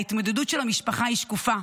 ההתמודדות של המשפחה היא שקופה,